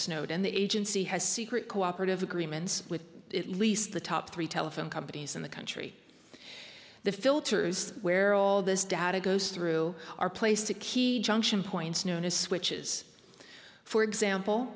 snowden the agency has secret cooperative agreements with at least the top three telephone companies in the country the filters where all this data goes through our place to key junction points known as switches for example